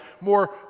more